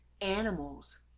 animals